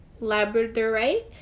labradorite